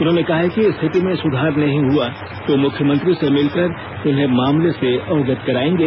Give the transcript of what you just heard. उन्होंने कहा है कि स्थित में सुधार नहीं हुआ तो मुख्यमंत्री से मिलकर उन्हें मामले से अवगत करायेंगे